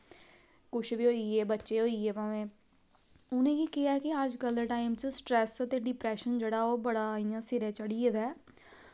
कुश बी होइये बच्चे होइये भामें उनें गी केह् ऐ कि अजकल्ल दे टाइम च स्ट्रेस ते डिप्रैशन जेह्ड़ा ओह् बड़ा इ'यां सिरै चढ़ी गेदा ऐ